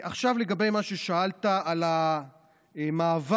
לגבי מה ששאלת על המעבר,